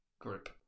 group